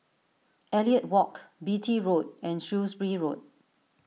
Elliot Walk Beatty Road and Shrewsbury Road